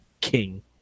king